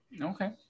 Okay